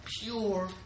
pure